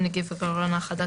אני לא אומר לממשלה מראש מה לדון.